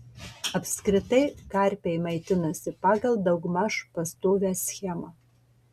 apskritai karpiai maitinasi pagal daugmaž pastovią schemą